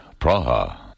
Praha